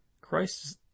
Christ